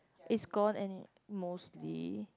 is gone and it's mostly